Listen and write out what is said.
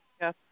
Yes